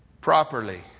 properly